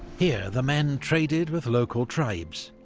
here, the men traded with local tribes,